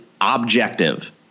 objective